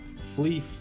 flee